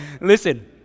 listen